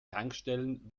tankstellen